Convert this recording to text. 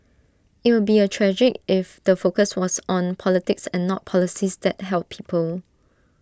IT would be A tragic if the focus was on politics and not policies that help people